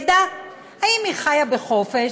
ידע אם היא חיה בחופש,